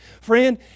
Friend